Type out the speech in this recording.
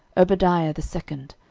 obadiah the second,